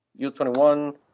U21